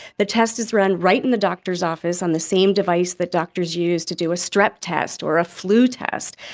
the test is run right in the doctor's office on the same device that doctors use to do a strep test or a flu test.